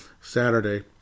Saturday